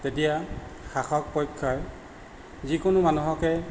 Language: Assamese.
তেতিয়া শাসকপক্ষই যিকোনো মানুহকে